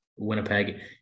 Winnipeg